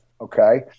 okay